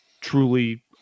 truly